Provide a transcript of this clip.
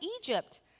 Egypt